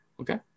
Okay